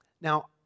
Now